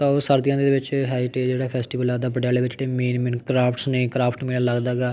ਤਾਂ ਉਹ ਸਰਦੀਆਂ ਦੇ ਵਿੱਚ ਹੈਰੀਟੇਜ਼ ਜਿਹੜਾ ਹੈ ਫੈਸਟੀਵਲ ਲੱਗਦਾ ਪਟਿਆਲੇ ਵਿੱਚ ਜਿਹੜੇ ਮੇਨ ਮੇਨ ਕਰਾਫਟਸ ਨੇ ਕਰਾਫਟ ਮੇਲਾ ਲੱਗਦਾ ਗਾ